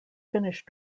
finnish